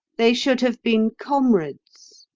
they should have been comrades,